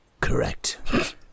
Correct